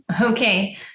Okay